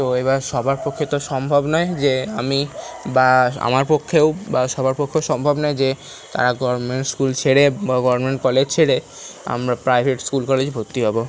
তো এবার সবার পক্ষে তো সম্ভব নয় যে আমি বা আমার পক্ষেও বা সবার পক্ষেও সম্ভব নয় যে তারা গভর্নমেন্ট স্কুল ছেড়ে বা গভর্নমেন্ট কলেজ ছেড়ে আমরা প্রাইভেট স্কুল কলেজে ভর্তি হব